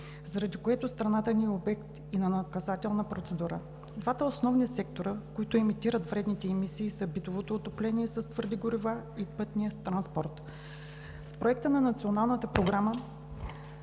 заради което страната ни е обект и на наказателна процедура. Двата основни сектора, които емитират вредните емисии, са битовото отопление с твърди горива и пътният транспорт. В Проекта на Националната програма